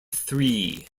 three